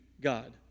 God